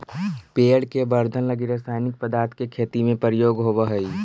पेड़ के वर्धन लगी रसायनिक पदार्थ के खेती में प्रयोग होवऽ हई